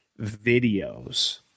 videos